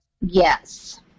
yes